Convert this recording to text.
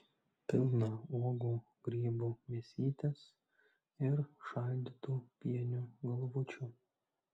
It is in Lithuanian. pilną uogų grybų mėsytės ir šaldytų pienių galvučių